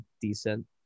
decent